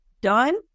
done